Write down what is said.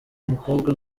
umukobwa